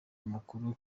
makuru